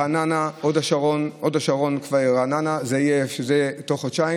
רעננה, הוד השרון, זה יהיה תוך חודשיים.